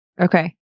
Okay